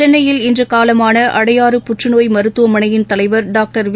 சென்னையில் இன்றுகாலமானஅடையாறு புற்றுநோய் மருத்துவமனையின் தலைவர் டாக்டர் வி